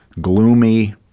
gloomy